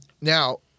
now